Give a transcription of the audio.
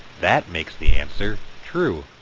that makes the answer true